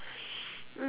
mm